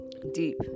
deep